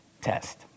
test